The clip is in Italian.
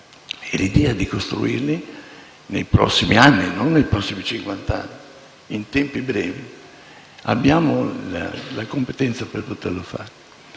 L'idea è di costruirli nei prossimi anni, non nei prossimi cinquant'anni, in tempi brevi. Abbiamo la competenza per poterlo fare.